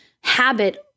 habit